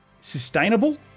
sustainable